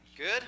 Good